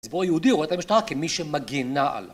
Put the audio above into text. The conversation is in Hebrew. הציבור היהודי רואה את המשטרה כמי שמגינה עליו.